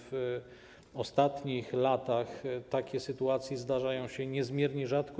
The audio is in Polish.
W ostatnich latach takie sytuacje zdarzają się niezmiernie rzadko.